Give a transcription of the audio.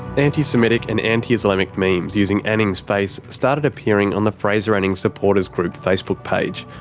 anti-semitic and anti-islamic memes using anning's face started appearing on the fraser anning supporters group facebook page.